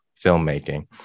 filmmaking